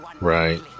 Right